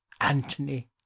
antony